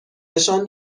نشان